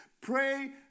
pray